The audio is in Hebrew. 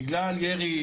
בגלל ירי,